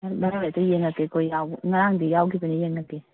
ꯉꯔꯥꯡꯒꯤꯗꯨꯗ ꯌꯦꯟꯉꯛꯀꯦꯀꯣ ꯌꯥꯎꯕ꯭ꯔꯅ ꯉꯔꯥꯡꯗꯤ ꯌꯥꯎꯒꯤꯕꯅꯦ ꯌꯦꯉꯛꯀꯦ